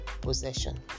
possession